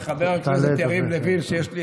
בקול רם, לא שומעים אותך.